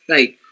Right